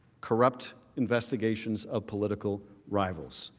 corrupt investigations of political rivals.